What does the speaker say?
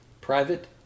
Private